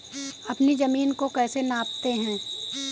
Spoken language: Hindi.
अपनी जमीन को कैसे नापते हैं?